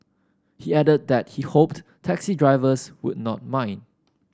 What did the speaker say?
he added that he hoped taxi drivers would not mind